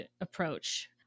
approach